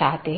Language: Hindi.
सकता है